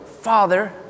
Father